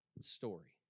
story